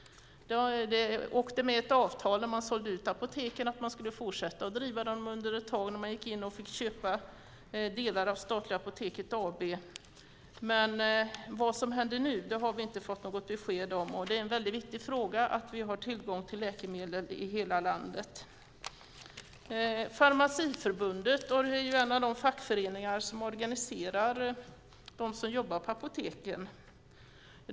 Det kom med ett avtal när delar av Apoteket AB såldes ut att apoteken i glesbygden skulle drivas vidare ett tag. Vad som händer nu har vi inte fått något besked om. Det är en viktig fråga att vi kan få tillgång till läkemedel i hela landet. Farmaciförbundet är en av de fackföreningar som organiserar de som jobbar på apoteken.